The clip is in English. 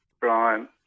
Brian